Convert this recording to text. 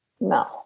No